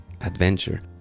Adventure